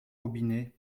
robinet